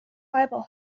bible